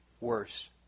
worse